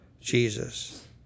Jesus